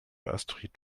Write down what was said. astrid